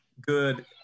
good